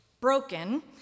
broken